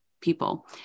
people